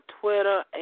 Twitter